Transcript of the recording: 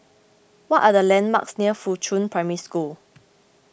what are the landmarks near Fuchun Primary School